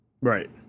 Right